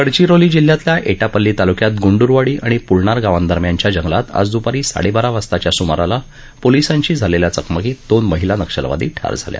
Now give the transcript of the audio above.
गडचिरोली जिल्ह्यातल्या एटापल्ली तालुक्यात गुंडुरवाही आणि पुलणार गावांदरम्यानच्या जंगलात आज दुपारी साडेबारा वाजताच्या सुमाराला पोलिसांशी झालेल्या चकमकीत दोन महिला नक्षलवादी ठार झाल्या